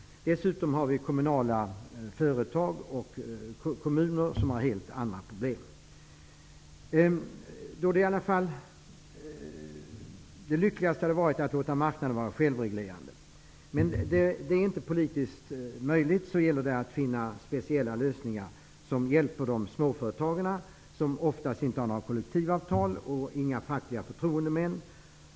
Dessutom finns kommunala företag och kommuner, som har helt andra problem. Det lyckligaste hade varit att låta marknaden vara självreglerande. Men då det inte är politiskt möjligt, gäller det att finna speciella lösningar som hjälper småföretagen, som oftast inte har några kollektivavtal eller fackliga förtroendemän.